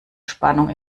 spannung